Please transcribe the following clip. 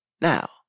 Now